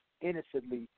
innocently